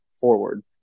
forward